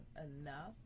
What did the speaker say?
enough